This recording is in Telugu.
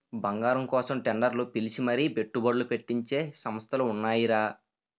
బంగారం కోసం టెండర్లు పిలిచి మరీ పెట్టుబడ్లు పెట్టించే సంస్థలు ఉన్నాయిరా